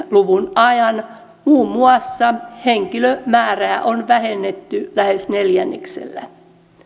luvun ajan muun muassa henkilömäärää on vähennetty lähes neljänneksellä